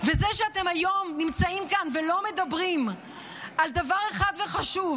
וזה שאתם היום נמצאים כאן ולא מדברים על דבר אחד וחשוב,